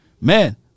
Man